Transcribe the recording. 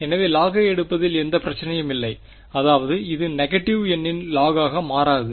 எனவேlog ஐ எடுப்பதில் எந்த பிரச்சனையும் இல்லை அதாவது இது நெகடிவ் எண்ணின் log ஆக மாறாது